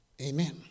Amen